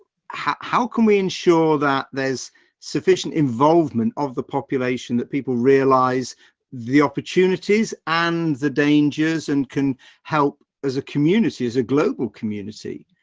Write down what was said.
how can we ensure that there's sufficient involvement of the population, that people realize the opportunities and the dangers and can help as a community, as a global community,